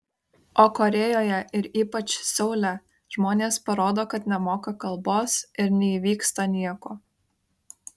o korėjoje ir ypač seule žmonės parodo kad nemoka kalbos ir neįvyksta nieko